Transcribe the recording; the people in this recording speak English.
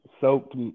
soaked